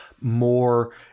more